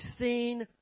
seen